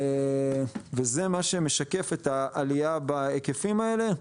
וזה מה שמשקף את העלייה בהיקפים האלה.